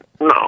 No